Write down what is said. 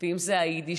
ואם זה היידיש,